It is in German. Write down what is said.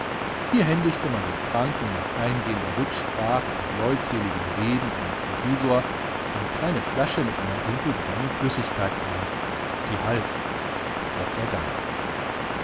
hier händigte man dem kranken nach eingehender rücksprache und leutseligem reden an den provisor eine kleine flasche mit einer dunkelbraunen flüssigkeit ein sie half gott sei dank